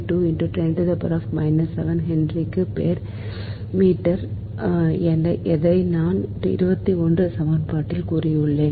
Henry per metre எதை நான் 21 சமன்பாட்டில் கூறியுள்ளான்